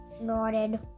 nodded